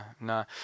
No